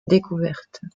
découvertes